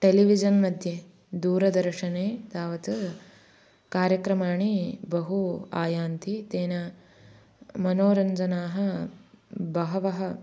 television मध्ये दूरदर्शने तावत् कार्यक्रमाः बहवः आयान्ति तेन मनोरञ्जनानि बहवः